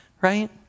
right